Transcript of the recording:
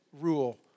rule